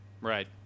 Right